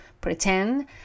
pretend